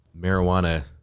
marijuana